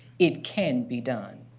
it can be done.